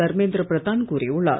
தர்மேந்திர பிரதான் கூறியுள்ளார்